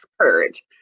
courage